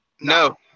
No